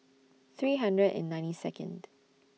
three hundred and ninety Second